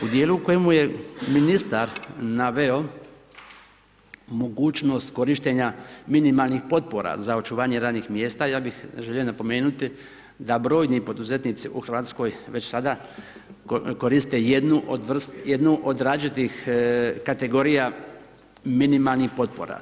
U dijelu u kojemu je ministar naveo, mogućnost korištenja minimalnih potpora za očuvanje radnih mjesta i ja bih želio napomenuti da brojni poduzetnici u Hrvatskoj već sada koriste jednu od … kategorija minimalnih potpora.